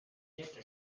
director